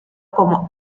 como